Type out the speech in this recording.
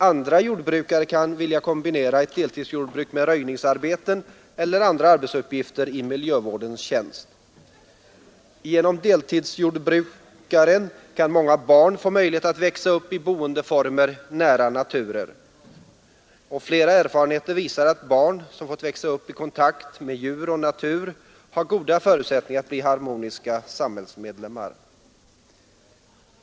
Andra jordbrukare kan vilja kombinera ett deltidsjordbruk med röjningsarbeten eller andra arbetsuppgifter i miljövårdens tjänst. Genom deltidsjordbruken kan många barn få möjlighet att växa upp i boendeformer nära naturen. Erfarenheten visar att barn som får växa upp i kontakt med natur och djur har goda förutsättningar att bli harmoniska samhällsmedlem mar.